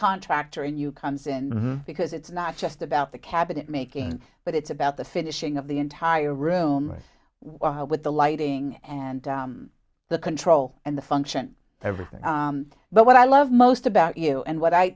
contractor in you comes in because it's not just about the cabinet making but it's about the finishing of the entire room with the lighting and the control and the function everything but what i love most about you and what i